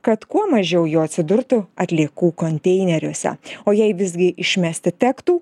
kad kuo mažiau jų atsidurtų atliekų konteineriuose o jei visgi išmesti tektų